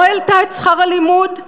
לא העלתה את שכר הלימוד.